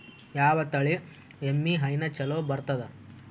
ಯಾವ ತಳಿ ಎಮ್ಮಿ ಹೈನ ಚಲೋ ಬರ್ತದ?